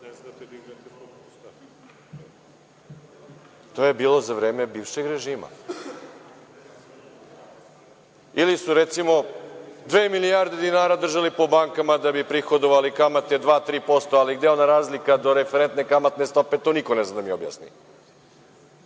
To je bilo za vreme bivšeg režima. Ili su, recimo, dve milijarde dinara držali po bankama da bi prihodovali kamate dva ili tri posto, ali gde je ona razlika do referentne kamatne stope, to niko ne zna da mi objasni.